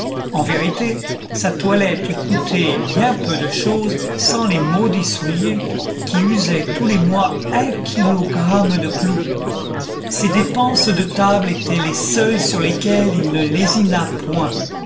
en vérité sa toilette eût coûté bien peu de chose sans les maudits souliers qui usaient tous les mois un kilogramme de clous ses dépenses de table étaient les seules sur lesquelles il ne lésinât point